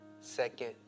second